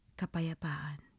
kapayapaan